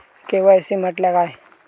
KYC म्हटल्या काय?